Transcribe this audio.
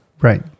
right